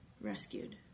rescued